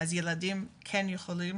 אז ילדים כן יכולים